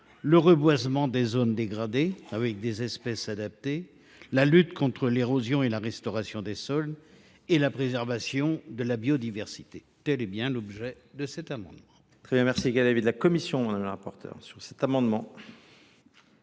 le reboisement des zones dégradées avec des espèces adaptées, la lutte contre l’érosion, la restauration des sols, et la préservation de la biodiversité. Quel est l’avis de la commission